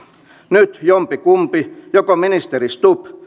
nyt jompikumpi joko ministeri stubb